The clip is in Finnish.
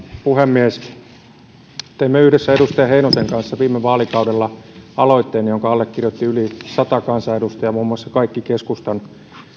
puhemies teimme yhdessä edustaja heinosen kanssa viime vaalikaudella aloitteen jonka allekirjoitti yli sata kansanedustajaa muun muassa kaikki keskustan